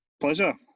Pleasure